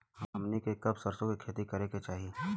हमनी के कब सरसो क खेती करे के चाही?